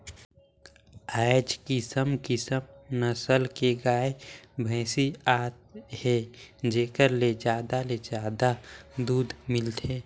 आयज किसम किसम नसल के गाय, भइसी आत हे जेखर ले जादा ले जादा दूद मिलथे